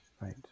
Right